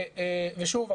ושוב,